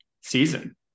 season